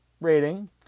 rating